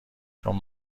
چون